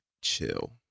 chill